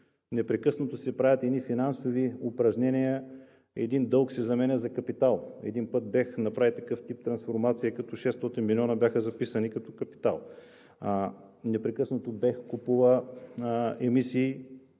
Непрекъснато се правят едни финансови упражнения, един дълг се заменя за капитал. Един път БЕХ направи такъв тип трансформация, като 600 милиона бяха записани като капитал. Непрекъснато БЕХ купува емисии.